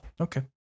Okay